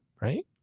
Right